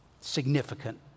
significant